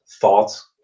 thoughts